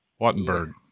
Wattenberg